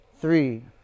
three